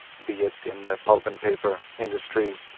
be it in the pulp and paper industry,